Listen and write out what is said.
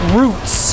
roots